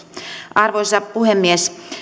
arvoisa puhemies